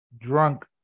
drunk